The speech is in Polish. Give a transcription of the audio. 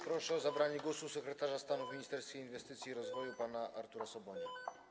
Proszę o zabranie głosu sekretarza stanu w Ministerstwie Inwestycji i Rozwoju pana Artura Sobonia.